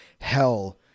hell